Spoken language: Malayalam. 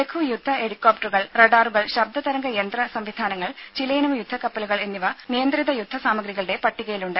ലഘു യുദ്ധ ഹെലികോപ്റ്ററുകൾ റഡാറുകൾ ശബ്ദ തരംഗ യന്ത്ര സംവിധാനങ്ങൾ ചിലയിനം യുദ്ധക്കപ്പലുകൾ എന്നിവ നിയന്ത്രിത യുദ്ധ സാമഗ്രികളുടെ പട്ടികയിലുണ്ട്